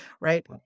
right